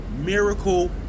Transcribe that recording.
miracle